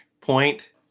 point